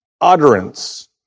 utterance